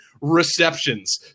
receptions